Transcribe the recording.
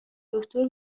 دکتر